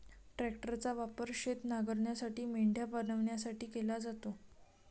ट्रॅक्टरचा वापर शेत नांगरण्यासाठी, मेंढ्या बनवण्यासाठी केला जातो